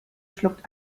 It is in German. schluckt